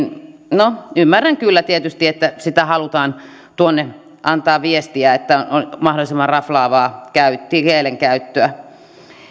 no ymmärrän kyllä tietysti että halutaan antaa viestiä että on mahdollisimman raflaavaa kielenkäyttöä